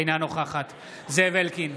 אינה נוכחת זאב אלקין,